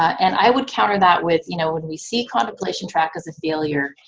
and i would counter that with, you know, when we see contemplation track as a failure,